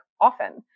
often